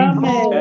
Amen